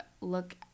look